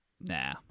Nah